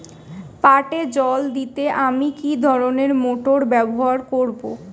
পাটে জল দিতে আমি কি ধরনের মোটর ব্যবহার করব?